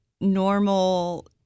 normal